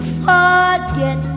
forget